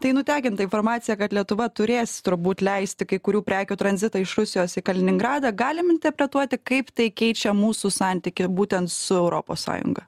tai nutekinta informacija kad lietuva turės turbūt leisti kai kurių prekių tranzitą iš rusijos į kaliningradą galim intepretuoti kaip tai keičia mūsų santykį būtent su europos sąjunga